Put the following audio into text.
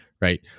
Right